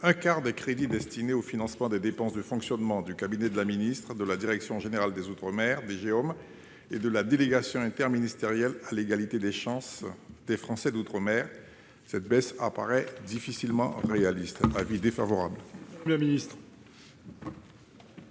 d'un quart des crédits destinés au financement des dépenses de fonctionnement du cabinet de Mme la ministre, de la direction générale des outre-mer (DGOM) et de la délégation interministérielle pour l'égalité des chances des Français d'outre-mer, ce qui paraît peu réaliste. L'avis de